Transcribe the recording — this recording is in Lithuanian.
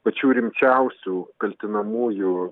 pačių rimčiausių kaltinamųjų